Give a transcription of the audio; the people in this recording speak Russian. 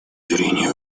зрения